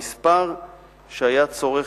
המספר שהיה צורך,